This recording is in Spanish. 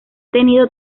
tenido